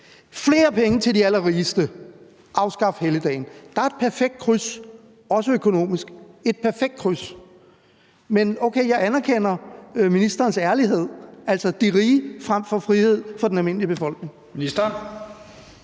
flere penge til de allerrigeste, afskaf helligdagen! Der er et perfekt kryds, også økonomisk – et perfekt kryds! Men okay, jeg anerkender ministerens ærlighed, altså de rige frem for frihed for den almindelige befolkning.